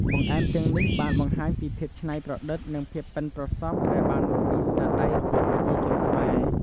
បង្អែមទាំងនេះ បានបង្ហាញពីភាពឆ្នៃប្រឌិតនិងភាពប៉ិនប្រសព្វដែលបានមកពីស្នាដៃរបស់ប្រជាជនខ្មែរ។